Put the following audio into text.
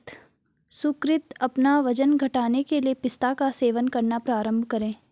सुकृति अपना वजन घटाने के लिए पिस्ता का सेवन करना प्रारंभ किया